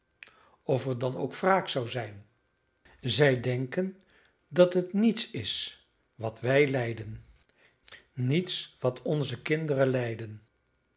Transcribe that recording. of er dan ook wraak zou zijn zij denken dat het niets is wat wij lijden niets wat onze kinderen lijden